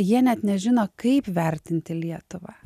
jie net nežino kaip vertinti lietuvą